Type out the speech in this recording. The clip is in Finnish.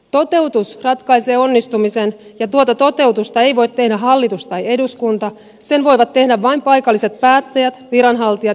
toteutus ratkaisee onnistumisen ja tuota toteutusta ei voi tehdä hallitus tai eduskunta sen voivat tehdä vain paikalliset päättäjät viranhaltijat ja asukkaat